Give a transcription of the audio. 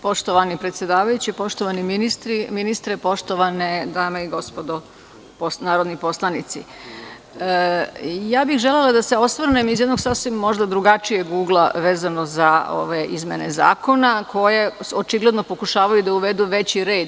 Poštovani predsedavajući, poštovani ministre, poštovane dame i gospodo narodni poslanici, želela bih da se osvrnem iz jednog možda sasvim drugačijeg ugla vezano za ove izmene zakona koje očigledno pokušavaju da uvedu veći red.